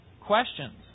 questions